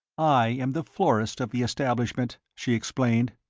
i am the florist of the establishment, she explained.